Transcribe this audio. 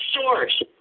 source